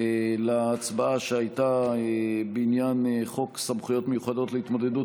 להצבעה שהייתה בעניין חוק סמכויות מיוחדות להתמודדות